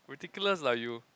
ridiculous lah you